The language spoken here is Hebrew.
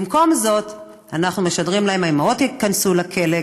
במקום זה אנחנו משדרים להם: האימהות ייכנסו לכלא,